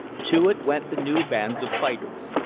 to it went the new bands of fighters.